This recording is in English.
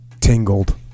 tingled